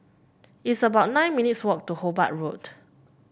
it's about nine minutes' walk to Hobart Road